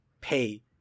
pay